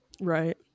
right